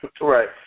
Right